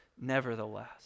nevertheless